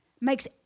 makes